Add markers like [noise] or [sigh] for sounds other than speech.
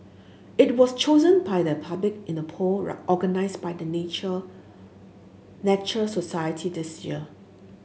it was chosen by the public in a poll [unintelligible] organised by the Nature [unintelligible] Society this year